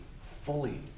fully